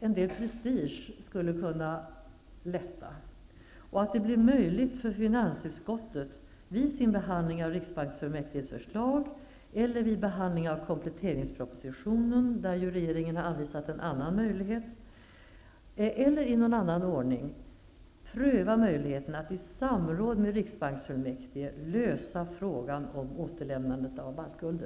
en del prestige skulle kunna lätta och att det blir möjligt för finansutskottet att vid sin behandling av riksbanksfullmäktiges förslag eller vid behandlingen av kompletteringspropositionen, där ju regeringen har anvisat en annan möjlighet, eller i någon annan ordning pröva möjligheten att i samråd med riksbanksfullmäktige lösa frågan om återlämnandet av baltguldet!